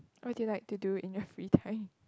what do you like to do in your free time